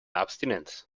abstinenz